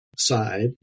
side